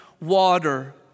water